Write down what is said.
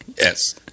yes